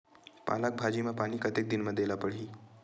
पालक भाजी म पानी कतेक दिन म देला पढ़ही?